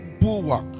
bulwark